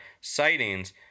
sightings